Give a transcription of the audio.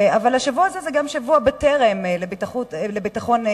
אבל השבוע הזה הוא גם שבוע "בטרם" לבטיחות ילדינו.